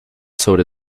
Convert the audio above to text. sobre